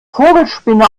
vogelspinne